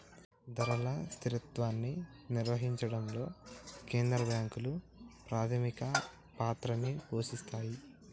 ధరల స్థిరత్వాన్ని నిర్వహించడంలో కేంద్ర బ్యాంకులు ప్రాథమిక పాత్రని పోషిత్తాయ్